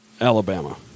Alabama